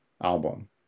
album